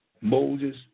Moses